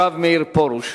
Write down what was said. הרב מאיר פרוש.